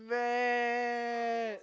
mad